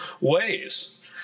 ways